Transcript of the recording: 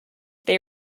they